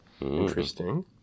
Interesting